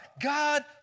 God